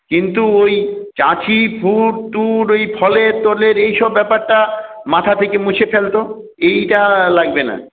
কিন্তু ওই চাঁছি ফুড টুড ওই ফলে টলের এই সব ব্যাপারটা মাথা থেকে মুছে ফেল তো এইটা লাগবে না